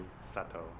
Sato